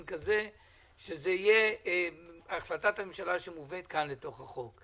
כזה שזה יהיה החלטת ממשלה שמובאת כאן לתוך החוק.